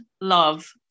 love